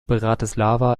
bratislava